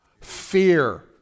Fear